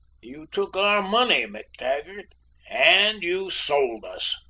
you took our money, mactaggart and you sold us!